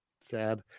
sad